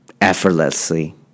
effortlessly